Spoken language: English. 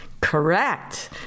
Correct